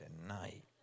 tonight